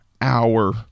hour